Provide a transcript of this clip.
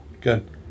good